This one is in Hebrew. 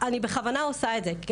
אני בכוונה עושה את זה.